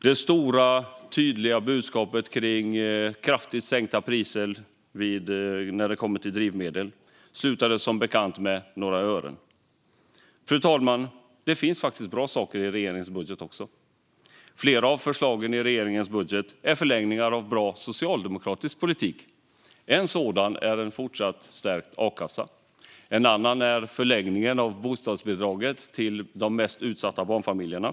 Det stora, tydliga budskapet kring kraftigt sänkta priser på drivmedel slutade som bekant med några ören. Fru talman! Det finns faktiskt även bra saker i regeringens budget. Flera av förslagen i regeringens budget är förlängningar av bra socialdemokratisk politik. Ett exempel är en fortsatt stärkt a-kassa, ett annat förlängningen av bostadsbidraget till de mest utsatta barnfamiljerna.